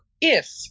if-